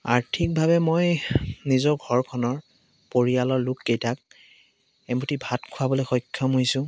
আৰ্থিকভাৱে মই নিজৰ ঘৰখনৰ পৰিয়ালৰ লোক কেইটাক এমুঠি ভাত খোৱাবলৈ সক্ষম হৈছোঁ